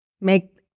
make